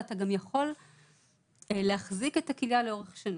ואתה גם יכול להחזיק את הכליה לאורך שנים.